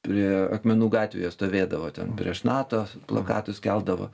prie akmenų gatvėje stovėdavo ten prieš nato plakatus keldavo